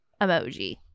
emoji